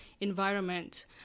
environment